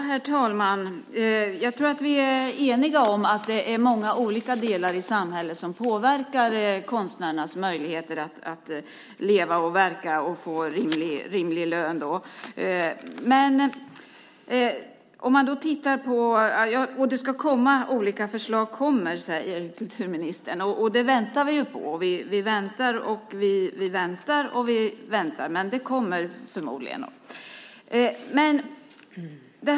Herr talman! Jag tror att vi är eniga om att många olika delar i samhället påverkar konstnärernas möjligheter att verka och få rimlig lön. Kulturministern säger att det ska komma olika förslag, och dem väntar vi på. Vi väntar och vi väntar. Förmodligen kommer det något.